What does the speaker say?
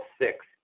six